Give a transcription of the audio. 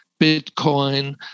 Bitcoin